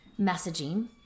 messaging